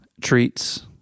treats